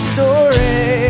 Story